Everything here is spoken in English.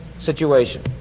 situation